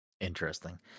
Interesting